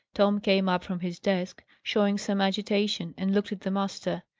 tom came up from his desk, showing some agitation, and looked at the master.